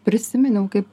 prisiminiau kaip